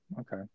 okay